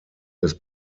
des